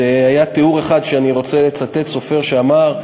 היה תיאור אחד, אני רוצה לצטט סופר שאמר: